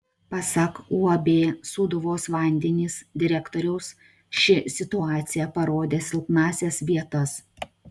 pasak uab sūduvos vandenys direktoriaus ši situacija parodė silpnąsias vietas